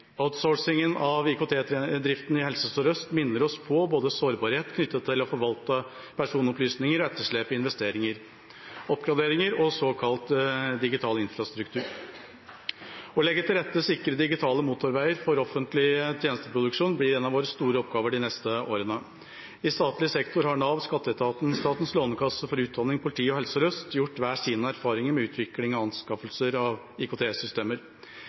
Outsourcingen av IKT-driften i Helse Sør-Øst minner oss på både sårbarhet knyttet til å forvalte personopplysninger og etterslep i investeringer, oppgraderinger og såkalt digital infrastruktur. Å legge til rette sikre digitale motorveier for offentlig tjenesteproduksjon blir en av våre store oppgaver de neste årene. I statlig sektor har Nav, Skatteetaten, Statens lånekasse for utdanning, politiet og Helse Sør-Øst gjort hver sine erfaringer med utvikling av og anskaffelser av